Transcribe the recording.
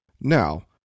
Now